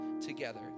together